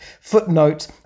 footnote